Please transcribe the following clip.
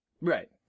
Right